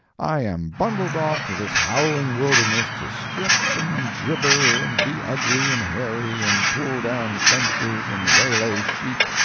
i am bundled off to this howling wilderness to strip, and jibber, and be ugly and hairy, and pull down fences and waylay sheep,